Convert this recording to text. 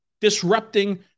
disrupting